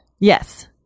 Yes